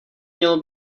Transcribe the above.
mělo